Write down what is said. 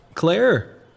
Claire